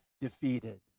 defeated